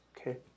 Okay